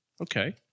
Okay